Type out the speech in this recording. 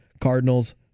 Cardinals